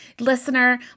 listener